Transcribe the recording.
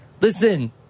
Listen